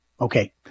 okay